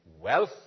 Wealth